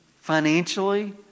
Financially